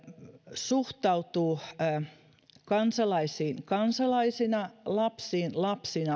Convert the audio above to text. suhtautuu kansalaisiin kansalaisina lapsiin lapsina